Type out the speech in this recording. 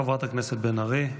חברת הכנסת בן ארי.